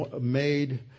made